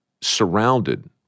surrounded